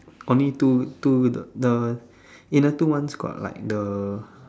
only two two the inner two ones got like the